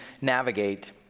navigate